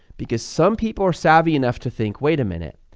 because some people are savvy enough to think, wait a minute,